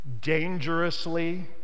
dangerously